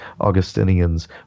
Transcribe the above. Augustinians